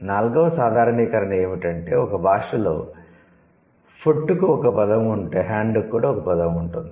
నాల్గవ సాధారణీకరణ ఏమిటంటే ఒక భాషలో 'ఫుట్' కు ఒక పదం ఉంటే 'హ్యాండ్' కు కూడా ఒక పదం ఉంటుంది